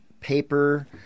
paper